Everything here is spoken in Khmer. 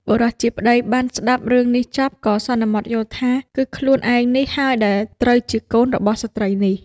បុរសជាប្ដីបានស្តាប់រឿងនេះចប់ ក៏សន្និដ្ឋានយល់ថា គឺខ្លួនឯងនេះហើយដែលត្រូវជាកូនរបស់ស្រ្តីនេះ។